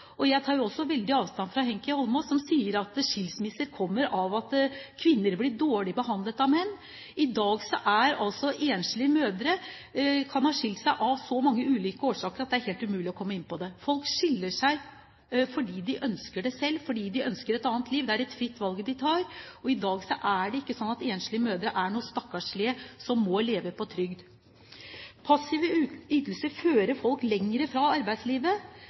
seg. Jeg tar også avstand fra Heikki Holmås når han sier at skilsmisser kommer av at kvinner blir dårlig behandlet av menn. Enslige mødre kan ha skilt seg av så mange ulike årsaker at det er helt umulig å komme inn på det. Folk skiller seg fordi de ønsker det selv, fordi de ønsker et annet liv. Det er et valg de tar. I dag er det ikke slik at enslige mødre er noen stakkarslige som må leve på trygd. Passive ytelser fører folk lenger fra arbeidslivet,